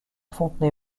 fontenay